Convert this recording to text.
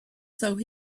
though